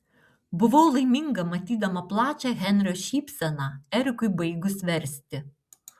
buvau laiminga matydama plačią henrio šypseną erikui baigus versti